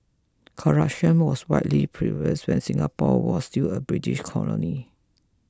corruption was widely prevalent when Singapore was still a British colony